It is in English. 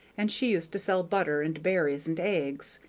and she used to sell butter and berries and eggs,